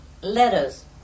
letters